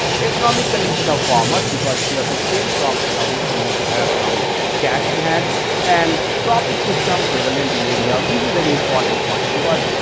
economic condition of farmers because, if you have to change crop then obviously, you should have some cash in hand and cropping system prevalent in area this is very important point because,